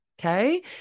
Okay